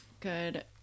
Good